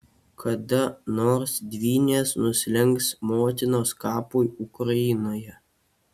kada nors dvynės nusilenks motinos kapui ukrainoje